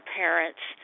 parents